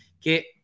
che